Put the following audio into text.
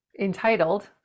entitled